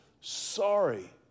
sorry